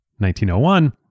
1901